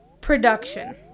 production